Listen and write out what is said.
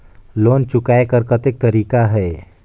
Loan चुकाय कर कतेक तरीका है?